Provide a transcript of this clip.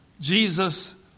Jesus